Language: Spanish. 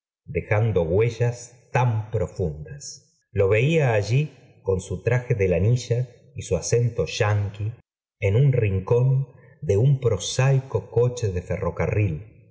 dejando huv has tan profundas lo veía allí con su traje de la nilla y su acento ynki en un rincón de un prosaico coche de ferrocarril